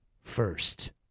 first